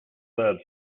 that